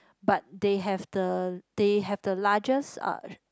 but they have the they have the largest uh